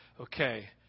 okay